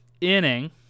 inning